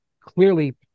clearly